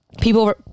people